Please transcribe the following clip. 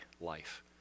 life